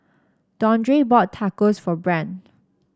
Dondre bought Tacos for Brandt